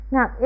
Now